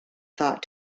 thought